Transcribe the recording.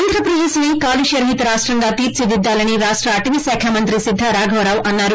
ఆంధ్రప్రదేశ్ ని కాలుష్య రహిత రాష్టంగా తీర్చిదిద్దాలని రాష్ట అటవి శాఖ మంత్రి శిద్దా రాఘవరావు అన్నారు